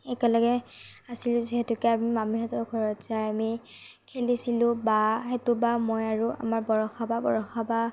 একেলগে আছিলো যিহেতুকে আমি মামীহঁতৰ ঘৰত যাই আমি খেলিছিলো বা সেইটো বা মই আৰু আমাৰ বৰষা বা বৰষা বা